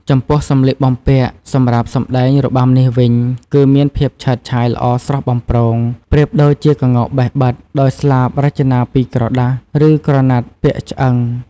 ចំពោះសម្លៀកបំពាក់សម្រាប់សម្តែងរបាំនេះវិញ គឺមានភាពឆើតឆាយល្អស្រស់បំព្រង ប្រៀបដូចជាក្ងោកបេះបិទ ដោយស្លាបរចនាពីក្រដាស ឬក្រណាត់ពាក់ឆ្អឹង ។